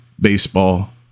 baseball